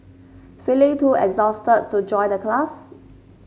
feeling too exhausted to join the class